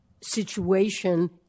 situation